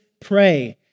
pray